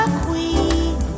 queen